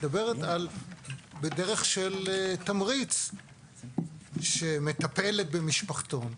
מדברת בדרך של תמריץ שמטפלת במשפחתון,